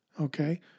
Okay